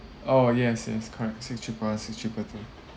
oh yes yes correct six triple one six triple two